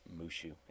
Mushu